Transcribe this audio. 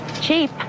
Cheap